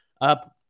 up